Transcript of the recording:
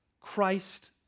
Christ